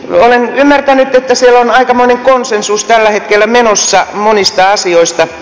olen ymmärtänyt että siellä on aikamoinen konsensus tällä hetkellä menossa monista asioista